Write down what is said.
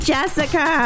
Jessica